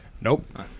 nope